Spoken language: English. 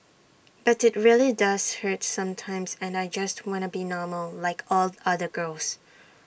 but IT really does hurt sometimes and I just wanna be normal like all the other girls